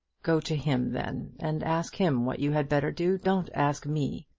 go to him, then, and ask him what you had better do. don't ask me.